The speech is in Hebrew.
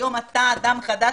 היום אתה אדם חדש,